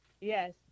Yes